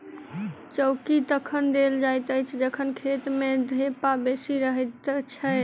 चौकी तखन देल जाइत अछि जखन खेत मे ढेपा बेसी रहैत छै